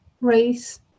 race